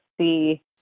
see